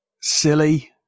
Silly